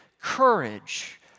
courage